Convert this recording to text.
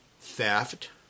theft